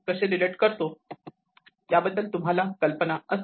त्याबद्दल तुम्हाला कल्पना असते